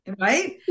right